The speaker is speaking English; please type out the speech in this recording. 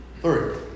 Three